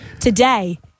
Today